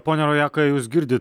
ponia rojaka jūs girdit